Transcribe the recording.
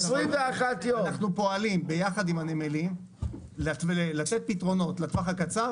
אנחנו פועלים ביחד עם הנמלים לתת פתרונות לטווח הקצר,